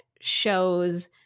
shows